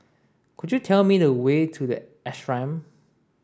could you tell me the way to The Ashram